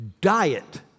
diet